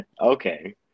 okay